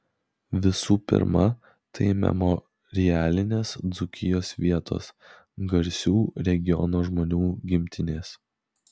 visų pirma tai memorialinės dzūkijos vietos garsių regiono žmonių gimtinės